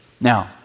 Now